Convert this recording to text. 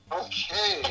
okay